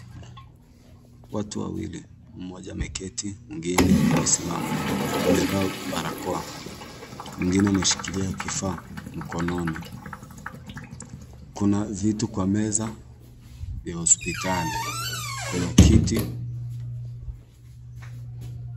Watu wawili, mmoja ameketi, mwingine amesimama, wamevaa barakoa. Mwingine ameshikilia kifaa mkononi. Kuna vitu kwa meza vya hospitali, kuna kiti.